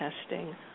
testing